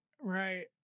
right